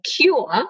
cure